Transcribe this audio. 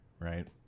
right